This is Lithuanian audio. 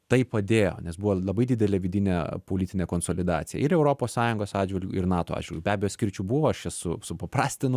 tai padėjo nes buvo labai didelė vidinė politinė konsolidacija ir europos sąjungos atžvilgiu ir nato atžvilgiu be abejo skirčių buvo aš čia su supaprastinu